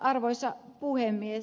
arvoisa puhemies